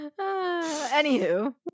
Anywho